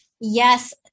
Yes